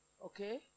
Okay